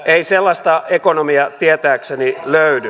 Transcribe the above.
ei sellaista ekonomia tietääkseni löydy